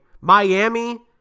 Miami